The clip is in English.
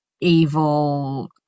evil